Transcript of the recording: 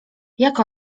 jak